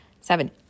seven